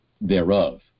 thereof